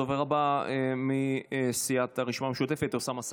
הדובר הבא, מסיעת הרשימה המשותפת, אוסאמה סעדי.